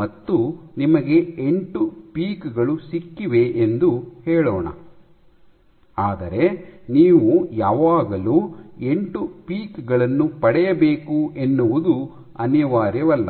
ಮತ್ತು ನಿಮಗೆ ಎಂಟು ಪೀಕ್ ಗಳು ಸಿಕ್ಕಿವೆ ಎಂದು ಹೇಳೋಣ ಆದರೆ ನೀವು ಯಾವಾಗಲೂ ಎಂಟು ಪೀಕ್ ಗಳನ್ನು ಪಡೆಯಬೇಕು ಎನ್ನುವುದು ಅನಿವಾರ್ಯವಲ್ಲ